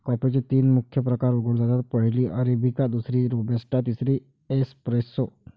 कॉफीचे तीन मुख्य प्रकार उगवले जातात, पहिली अरेबिका, दुसरी रोबस्टा, तिसरी एस्प्रेसो